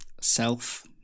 Self